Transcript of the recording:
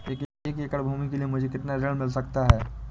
एक एकड़ भूमि के लिए मुझे कितना ऋण मिल सकता है?